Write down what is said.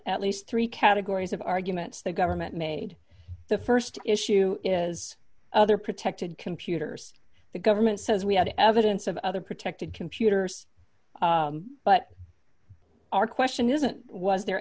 at least three categories of arguments the government made the st issue is other protected computers the government says we had evidence of other protected computers but our question isn't was there